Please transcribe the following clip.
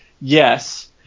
Yes